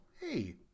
hey